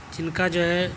جن کا جو ہے